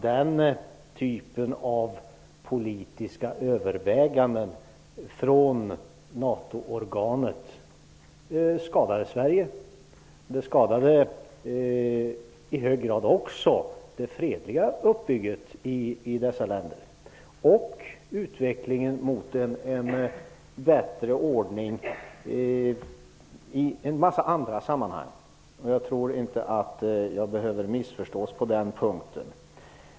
Den typen av politiska överväganden från NATO-organet skadade Sverige. Det skadade i hög grad också det fredliga uppbygget i dessa länder och utvecklingen mot en bättre ordning i många andra avseenden. Jag tror inte att jag behöver missförstås på den punkten.